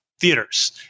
theaters